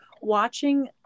watching